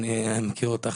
שפרה, אני מכיר אותך.